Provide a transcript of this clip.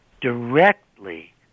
directly